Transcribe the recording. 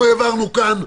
אנחנו העברנו כאן,